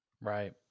Right